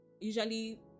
Usually